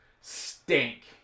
stink